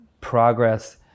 progress